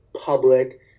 public